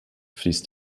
fließt